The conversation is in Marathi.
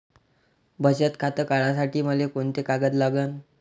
बचत खातं काढासाठी मले कोंते कागद लागन?